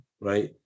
right